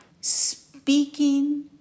speaking